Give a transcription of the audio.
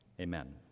Amen